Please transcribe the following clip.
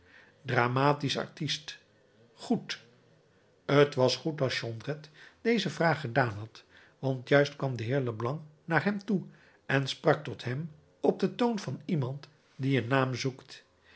dramatisch artist goed t was goed dat jondrette deze vraag gedaan had want juist kwam de heer leblanc naar hem toe en sprak tot hem op den toon van iemand die een naam zoekt